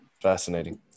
Fascinating